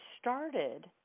started